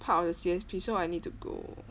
part of the C_S_P so I need to go